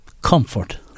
Comfort